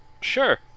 Sure